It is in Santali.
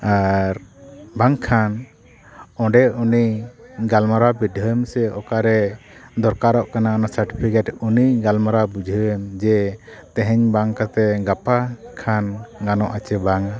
ᱟᱨ ᱵᱟᱝᱠᱷᱟᱱ ᱚᱸᱰᱮ ᱩᱱᱤ ᱜᱟᱞᱢᱟᱨᱟᱣ ᱵᱤᱰᱟᱹᱣᱮᱢ ᱥᱮ ᱚᱠᱟᱨᱮ ᱫᱚᱨᱠᱟᱨᱚᱜ ᱠᱟᱱᱟ ᱚᱱᱟ ᱩᱱᱤ ᱜᱟᱞᱢᱟᱨᱟᱣ ᱵᱩᱡᱷᱟᱹᱣ ᱮᱢ ᱡᱮ ᱛᱮᱦᱮᱧ ᱵᱟᱝ ᱠᱟᱛᱮᱫ ᱜᱟᱯᱟ ᱠᱷᱟᱱ ᱜᱟᱱᱚᱜᱼᱟ ᱪᱮ ᱵᱟᱝᱟ